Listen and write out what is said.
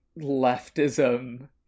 leftism